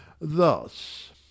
thus